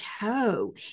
toe